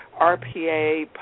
RPA